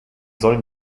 sollen